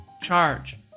charge